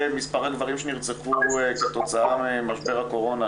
מספר הגברים שנרצחו כתוצאה ממשבר הקורונה,